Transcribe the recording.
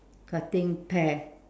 cutting pear